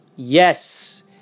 Yes